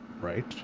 right